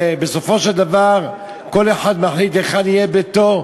ובסופו של דבר כל אחד מחליט היכן יהיה ביתו,